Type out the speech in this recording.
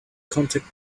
contact